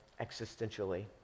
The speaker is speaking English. existentially